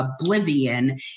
oblivion